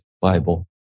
Bible